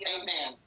Amen